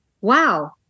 wow